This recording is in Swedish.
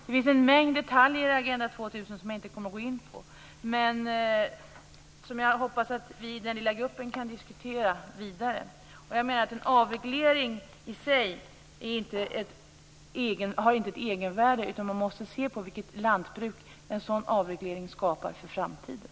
Det finns en mängd detaljer i Agenda 2000 som jag inte kommer att gå in på. Jag hoppas att vi i den lilla gruppen kan diskutera dem vidare. Jag menar att en avreglering i sig inte har ett egenvärde. Man måste se på vilket lantbruk en sådan avreglering skapar för framtiden.